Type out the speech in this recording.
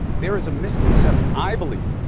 there is a misconception, i believe,